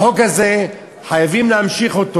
החוק הזה, חייבים להמשיך אותו.